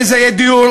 שזה יהיה דיור